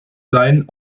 sein